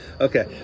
Okay